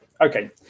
Okay